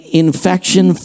infection